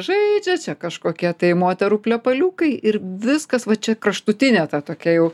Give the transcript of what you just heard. žaidžia čia kažkokie tai moterų plepaliukai ir viskas va čia kraštutinė ta tokia jau